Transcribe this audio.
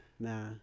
Nah